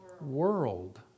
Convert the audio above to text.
world